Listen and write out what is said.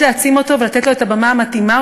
יש להעצים אותו ולתת לו את הבמה המתאימה,